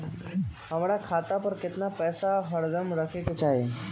हमरा खाता पर केतना पैसा हरदम रहे के चाहि?